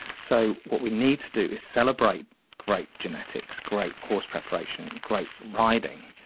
so what we need to do is celebrate great genetics, great horse preparation, great riding,